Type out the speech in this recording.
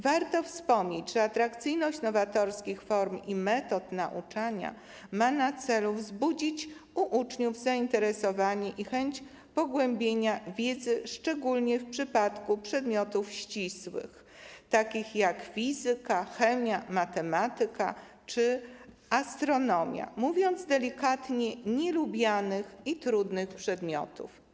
Warto wspomnieć, że atrakcyjność nowatorskich form i metod nauczania ma na celu wzbudzić u uczniów zainteresowanie i chęć pogłębienia wiedzy, szczególnie w przypadku przedmiotów ścisłych, takich jak fizyka, chemia, matematyka czy astronomia, mówiąc delikatnie, nielubianych i trudnych przedmiotów.